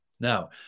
Now